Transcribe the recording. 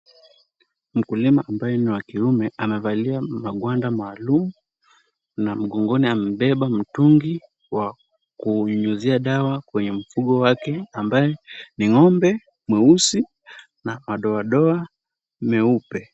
Mkulima ambaye ni wa kiume amevalia magwanda maalum na mgongoni amebeba mtungi wa kunyunyuzia dawa kwenye mfugo wake ambaye ni ng'ombe mweusi na madoadoa meupe.